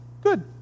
Good